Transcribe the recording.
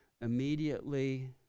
Immediately